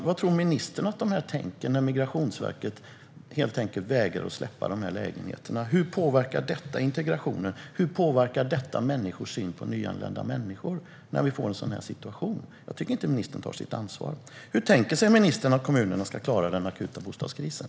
Vad tror ministern att de tänker när Migrationsverket helt enkelt vägrar att släppa de här lägenheterna? Hur påverkar detta integrationen? Hur påverkar en sådan situation människors syn på nyanlända människor? Jag tycker inte att ministern tar sitt ansvar. Hur tänker sig ministern att kommunerna ska klara den akuta bostadskrisen?